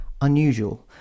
unusual